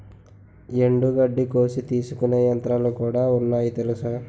ఎండుగడ్డి కోసి తీసుకునే యంత్రాలుకూడా ఉన్నాయి తెలుసా?